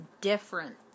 different